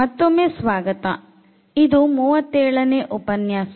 ಮತ್ತೊಮ್ಮೆ ಸ್ವಾಗತ ಇದು 37ನೇ ಉಪನ್ಯಾಸ